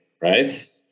right